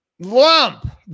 Lump